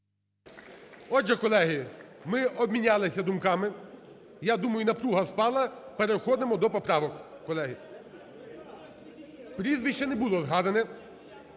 Отже, колеги, ми обмінялися думками, я думаю, напруга спала. Переходимо до поправок, колеги. Прізвище не було згадане,